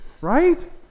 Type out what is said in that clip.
Right